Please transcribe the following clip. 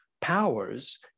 powers